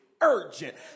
urgent